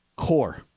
core